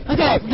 Okay